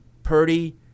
purdy